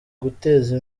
guteza